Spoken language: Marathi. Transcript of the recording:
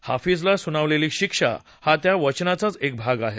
हाफीजला सुनावलेली शिक्षा हा त्या वचनाचा एक भाग आहे